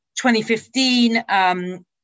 2015